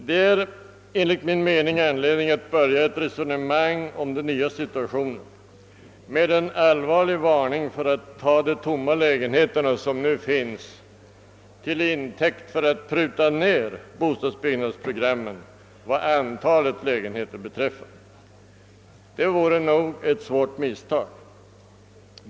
Det är enligt min mening anledning att börja ett resomang om den nya situationen med en allvarlig varning för att ta de tomma lägenheter, som nu finns, till intäkt för att pruta ned bostadsbyggnadsprogrammet vad antalet lägenheter beträffar. Det vore nog ett svårt misstag.